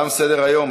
תם סדר-היום.